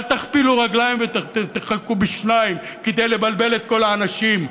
אל תכפילו רגליים ותחלקו בשניים כדי לבלבל את כל האנשים.